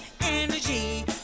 energy